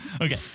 Okay